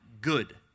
Good